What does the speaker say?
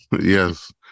Yes